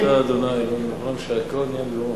ברוך אתה ה' אלוהינו מלך העולם שהכול נהיה בדברו.